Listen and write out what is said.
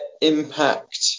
impact